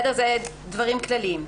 אלה דברים כלליים.